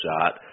shot